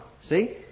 See